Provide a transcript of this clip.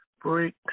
break